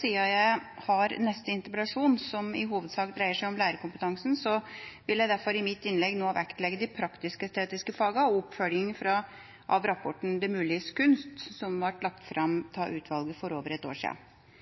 siden jeg har neste interpellasjon, som i hovedsak dreier seg om lærerkompetansen, vil jeg derfor i mitt innlegg nå vektlegge de praktisk-estetiske fagene og oppfølging av rapporten Det muliges kunst, som ble lagt fram av utvalget for over et år